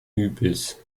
übels